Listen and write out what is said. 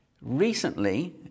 Recently